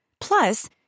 Plus